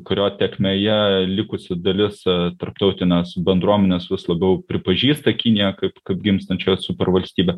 kurio tėkmėje likusi dalis tarptautinės bendruomenės vis labiau pripažįsta kiniją kaip kaip gimstančią supervalstybę